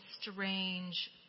strange